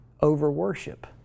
over-worship